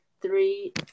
Three